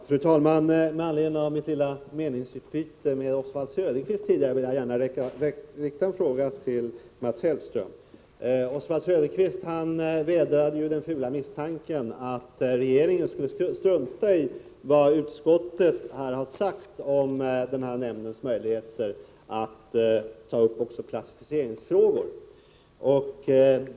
Fru talman! Med anledning av mitt lilla meningsutbyte med Oswald Söderqvist tidigare vill jag gärna rikta en fråga till Mats Hellström. Oswald Söderqvist vädrade den fula misstanken att regeringen skulle strunta i vad utskottet här har sagt om nämndens möjligheter att ta upp också klassificeringsfrågor.